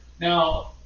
now